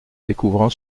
découvrant